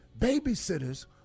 Babysitters